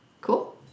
Cool